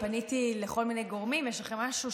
פניתי לכל מיני גורמים: יש לכם משהו,